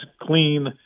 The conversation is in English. clean